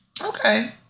Okay